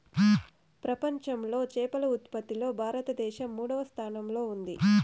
ప్రపంచంలో చేపల ఉత్పత్తిలో భారతదేశం మూడవ స్థానంలో ఉంది